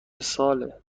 ساله